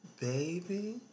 Baby